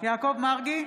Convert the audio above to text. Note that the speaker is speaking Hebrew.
יעקב מרגי,